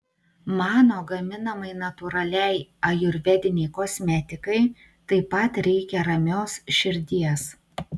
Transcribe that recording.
mano gaminamai natūraliai ajurvedinei kosmetikai taip pat reikia ramios širdies